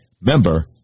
Member